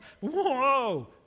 Whoa